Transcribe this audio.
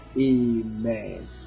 Amen